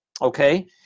Okay